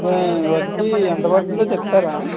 వడ్డీ ఎంత పడుతుందో చెప్తారా